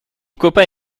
copain